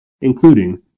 including